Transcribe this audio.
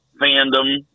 fandom